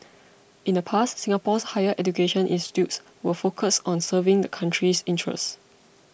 in the past Singapore's higher education institutions were focused on serving the country's interests